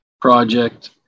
project